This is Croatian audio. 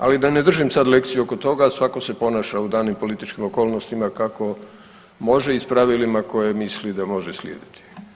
Ali, da ne držim sad lekcije oko toga, svatko se ponaša u danim političkim okolnostima kako može i s pravilima koje misli da može slijediti.